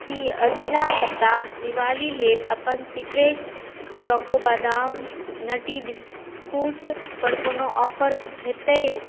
की अगिला सप्ताह दिवाली लेल अपन secret choco badam nutty biscuit पर कोनो ऑफर हेतै